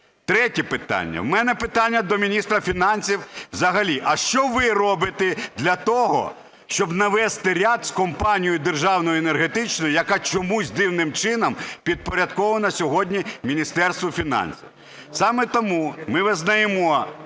Третє питання. У мене питання до міністра фінансів. Взагалі, а що ви робите для того, щоб навести лад з компанією державною енергетичною, яка чомусь, дивним чином, підпорядкована сьогодні Міністерству фінансів? Саме тому ми визнаємо